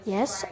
Yes